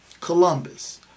Columbus